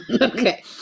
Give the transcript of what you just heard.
Okay